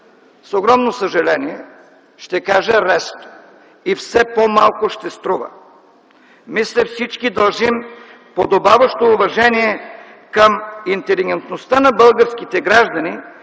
С огромно съжаление ще кажа: „Ресто!”. И все по-малко ще струва. Мисля, всички дължим подобаващо уважение към интелигентността на българските граждани,